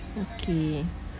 okay